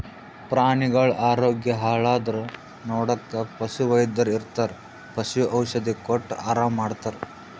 ಪ್ರಾಣಿಗಳ್ ಆರೋಗ್ಯ ಹಾಳಾದ್ರ್ ನೋಡಕ್ಕ್ ಪಶುವೈದ್ಯರ್ ಇರ್ತರ್ ಪಶು ಔಷಧಿ ಕೊಟ್ಟ್ ಆರಾಮ್ ಮಾಡ್ತರ್